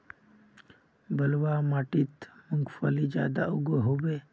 बलवाह माटित मूंगफली ज्यादा उगो होबे?